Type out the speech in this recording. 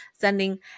sending